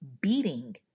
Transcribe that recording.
beating